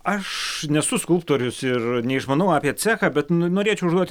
aš nesu skulptorius ir neišmanau apie cechą bet norėčiau užduoti